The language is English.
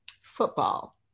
football